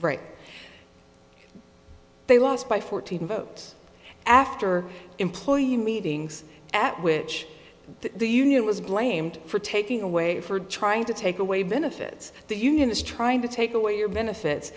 right they lost by fourteen votes after employee meetings at which the union was blamed for taking away for trying to take away benefits the union is trying to take away your benefits